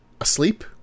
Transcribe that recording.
asleep